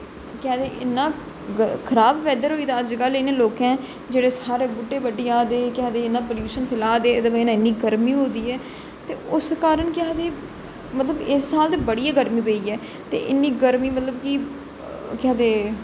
इना खराब बेदर होई दा अजकल इनें लोकें जेहडे़ सारे बु्हटे बड्ढी जारदे ते केह् आक्खदे इन्ना पलूषण फैला दे एहदी बजह कन्नै इन्नी गर्मी होआ दी ऐ ते उस कारण के आक्खदे मतलब इस साल ते बड़ी गै गर्मी पेई ऐ ते इन्नी गर्मी मतलब कि के आक्खदे